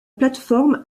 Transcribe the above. plateforme